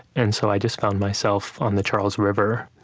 and so i just found myself on the charles river,